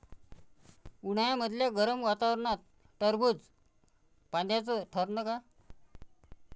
उन्हाळ्यामदल्या गरम वातावरनात टरबुज फायद्याचं ठरन का?